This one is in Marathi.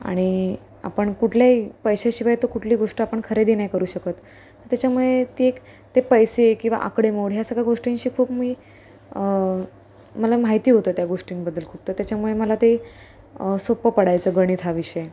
आणि आपण कुठल्याही पैशाशिवाय तर कुठली गोष्ट आपण खरेदी नाही करू शकत त्याच्यामुळे ती एक ते पैसे किंवा आकडेमोड ह्या सगळ्या गोष्टींशी खूप मी मला माहिती होतं त्या गोष्टींबद्दल खूप तर त्याच्यामुळे मला ते सोपं पडायचं गणित हा विषय